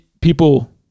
people